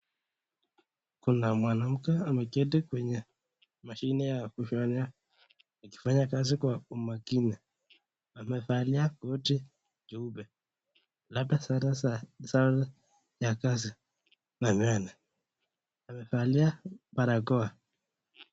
Kuna mwanamke ameketi kwenye mashini ya kushonea akifanya kazi kwa umakini. Amevalia koti jeupe. Labda sare za kazi na amevalia barakoa.